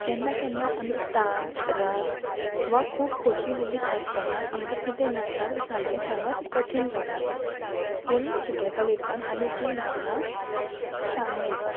केन्ना केन्ना आमी ताण राग वा खूब खोशी लेगीत आसतना आमकां कितें दिसता तें सारकें सांगप कठीण जाता पूण चित्रकलेंतल्यान आमी तीं भावना सांगूं येता